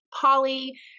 Polly